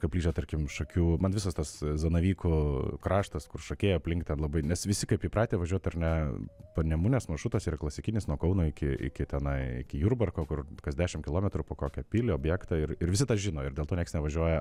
koplyčia tarkim šakių man visas tas zanavykų kraštas kur šakiai aplink ten labai nes visi kaip įpratę važiuot ar ne panemunės maršrutas yra klasikinis nuo kauno iki iki tenai iki jurbarko kur kas dešim kilometrų po kokią pilį objektą ir ir visi tą žino ir dėl to nieks nevažiuoja